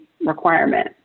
requirement